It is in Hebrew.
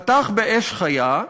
פתח באש חיה,